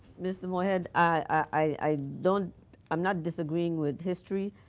mr. moore head, i don't i'm not disagreeing with history.